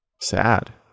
sad